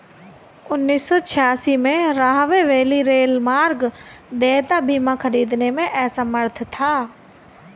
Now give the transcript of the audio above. उन्नीस सौ छियासी में, राहवे वैली रेलमार्ग देयता बीमा खरीदने में असमर्थ था